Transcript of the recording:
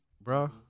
bro